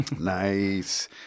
Nice